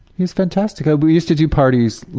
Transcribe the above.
he was fantastic. but we used to do parties,